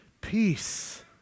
peace